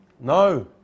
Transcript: No